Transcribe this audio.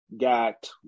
got